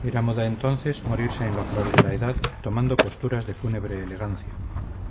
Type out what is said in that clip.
era moda entonces morirse en la flor de la edad tomando posturas de fúnebre elegancia